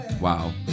wow